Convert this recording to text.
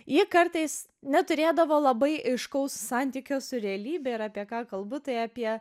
ji kartais neturėdavo labai aiškaus santykio su realybe ir apie ką kalbu tai apie